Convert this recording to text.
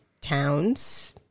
Towns